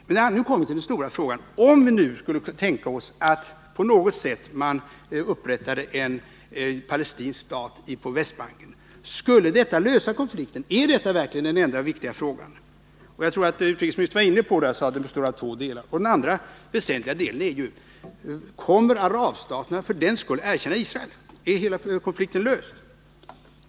Och nu kommer jag till den stora frågan: Om vi skulle tänka oss att man på något sätt upprättar en palestinsk stat på Västbanken, skulle detta lösa konflikten? Är det verkligen den enda viktiga frågan? Jag tror att utrikesministern var inne på detta och sade att frågan består av två delar, och den andra väsentliga delen är ju: Kommer arabstaterna för den skull att erkänna Israel? Är hela konflikten löst?